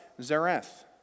Zareth